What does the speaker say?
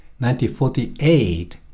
1948